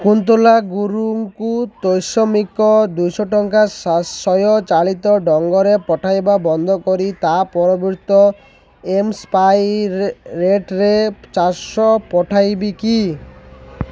କୁନ୍ତଳା ଗୁରୁଙ୍କୁ ତ୍ରୈମାସିକ ଦୁଇଶହ ଟଙ୍କା ସ୍ୱୟଂ ଚାଳିତ ଢଙ୍ଗରେ ପଠାଇବା ବନ୍ଦ କରି ତା ପରିବର୍ତ୍ତେ ଏମ୍ ସ୍ୱାଇପ୍ ରେଟ୍ରେ ଚାରିଶହ ପଠାଇବେ କି